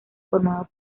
formado